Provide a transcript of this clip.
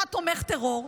אתה תומך טרור,